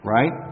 Right